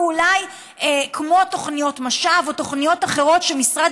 אולי כמו תוכניות "משב" או תוכניות אחרות שמשרד